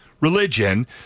religion